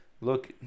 Look